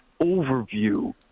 overview